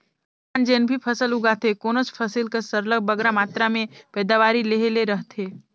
किसान जेन भी फसल उगाथे कोनोच फसिल कर सरलग बगरा मातरा में पएदावारी लेहे ले रहथे